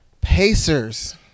Pacers